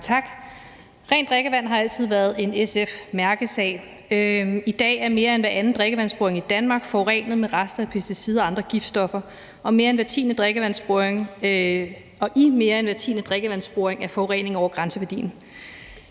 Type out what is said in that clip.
Rent drikkevand har altid været en SF-mærkesag. I dag er mere end hver anden drikkevandsboring i Danmark forurenet med rester af pesticider og andre giftstoffer, og i mere end hver tiende drikkevandsboring er forureningen over grænseværdien.